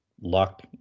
luck